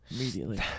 immediately